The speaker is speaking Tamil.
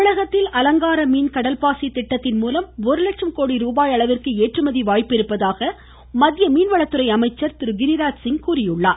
தமிழகத்தில் அலங்கார மீன் கடல்பாசி திட்டத்தின் மூலம் ஒருலட்சம் கோடிரூபாய் அளவிற்கு ஏற்றுமதி வாய்ப்பிருப்பதாக மத்திய மீன்வளத்துறை அமைச்சர் திரு கிரிராஜ் சிங் தெரிவித்திருக்கிறார்